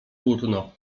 płótno